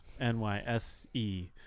NYSE